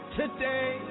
today